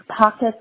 pockets